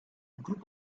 group